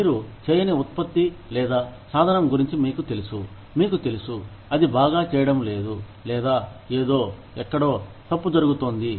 మీరు చేయని ఉత్పత్తి లేదా సాధనం గురించి మీకు తెలుసు మీకు తెలుసు అది బాగా చేయడం లేదు లేదా ఏదో ఎక్కడో తప్పు జరుగుతోంది